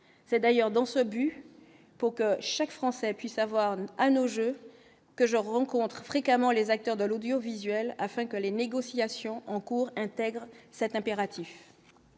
c'est d'ailleurs dans ce but, pour que chaque Français puisse avoir à nos jeunes que je rencontre fréquemment les acteurs de l'audiovisuel afin que les négociations en cours intègre cet impératif,